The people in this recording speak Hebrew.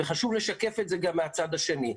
חשוב לשקף את זה גם מהצד השני.